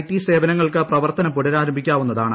T സേവനങ്ങൾക്ക് പ്രവർത്തനം പുനരാരംഭിക്കാവുന്നതാണ്